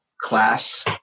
class